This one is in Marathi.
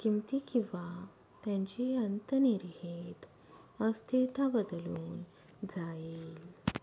किमती किंवा त्यांची अंतर्निहित अस्थिरता बदलून जाईल